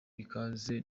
ikaze